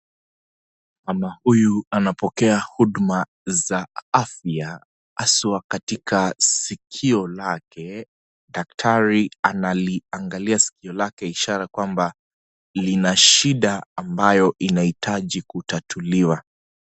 Mama huyu anapokea huduma za afya haswa katika sikio lake, daktari analiangalia sikio lake ishara kwamba lina shida ambalo linahitaji kutatuliwa.